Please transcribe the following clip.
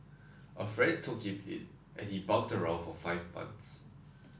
a friend took him in and he bummed around for five months